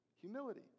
Humility